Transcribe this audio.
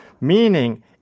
meaning